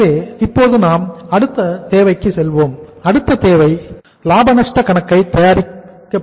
எனவே இப்போது நாம் அடுத்த தேவைக்கு செல்வோம் அடுத்த தேவை லாப நஷ்ட கணக்கை தயாரிக்கப்படுவதாகும்